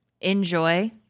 Enjoy